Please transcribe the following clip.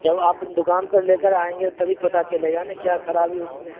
جب آپ دکان پر لے کر آئیں گے تبھی پتا چلے گا نا کیا کھرابی اس میں